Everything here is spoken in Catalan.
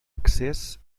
accés